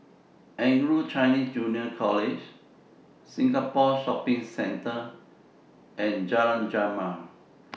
Anglo Chinese Junior College Singapore Shopping Centre and Jalan Jamal